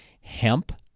hemp